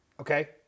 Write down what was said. Okay